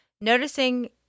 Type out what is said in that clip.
Noticing